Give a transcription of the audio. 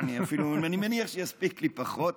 אני מניח שיספיק לי פחות.